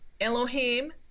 Elohim